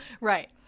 Right